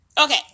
okay